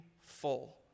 full